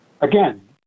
again